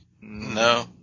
No